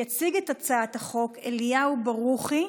יציג את הצעת החוק אליהו ברוכי.